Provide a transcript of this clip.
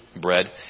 bread